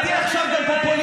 אל תהיה עכשיו גם פופוליסט.